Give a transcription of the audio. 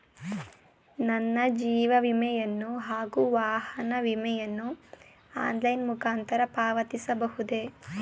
ನನ್ನ ಜೀವ ವಿಮೆಯನ್ನು ಹಾಗೂ ವಾಹನ ವಿಮೆಯನ್ನು ಆನ್ಲೈನ್ ಮುಖಾಂತರ ಪಾವತಿಸಬಹುದೇ?